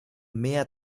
mehr